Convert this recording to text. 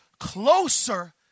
closer